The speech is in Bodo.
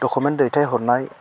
डकमेन्ट दैथाय हरनाय